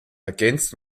ergänzt